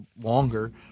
longer